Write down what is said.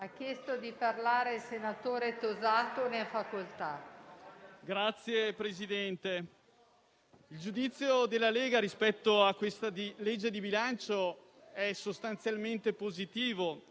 il giudizio della Lega rispetto alla legge di bilancio è sostanzialmente positivo.